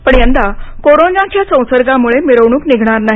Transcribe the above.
पण यंदा कोरोनाच्या संसर्गामुळे मिरवणूक निघणार नाही